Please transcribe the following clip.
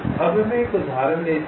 आइए हम एक उदाहरण लेते हैं